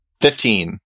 Fifteen